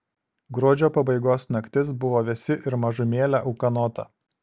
gruodžio pabaigos naktis buvo vėsi ir mažumėlę ūkanota